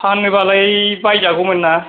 फानोबालाय बायजागौमोन ना